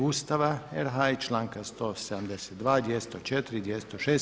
Ustava RH i članka 172., 204. i 206.